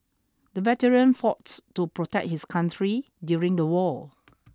the veteran fought to protect his country during the war